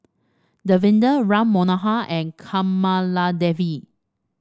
Davinder Ram Manohar and Kamaladevi